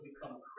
become